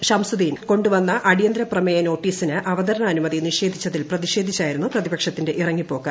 ഷംസുദ്ദീൻ കൊണ്ടുവന്ന അടിയന്തിര പ്രമേയ നോട്ടീസിന് അവതരണാനുമതി നിഷേധിച്ചതിൽ പ്രതിഷേധിച്ചായിരുന്നു പ്രതിപക്ഷത്തിന്റെ ഇറങ്ങിപ്പോക്ക്